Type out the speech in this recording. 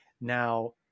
Now